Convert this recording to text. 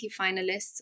finalists